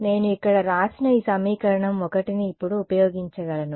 నేను ఇక్కడ వ్రాసిన ఈ సమీకరణం 1ని ఇప్పుడు ఉపయోగించగలను